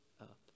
up